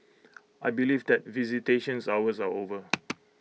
I believe that visitations hours are over